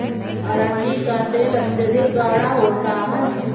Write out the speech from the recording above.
अरंडी का तेल अत्यधिक गाढ़ा होता है